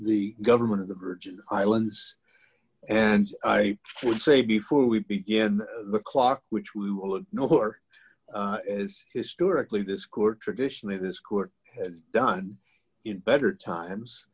the government of the virgin islands and i would say before we begin the clock which we will know who are as historically this court traditionally this court has done in better times